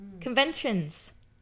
Conventions